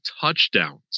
touchdowns